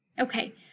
Okay